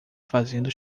fazendo